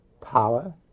power